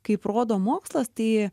kaip rodo mokslas tai